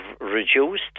reduced